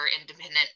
independent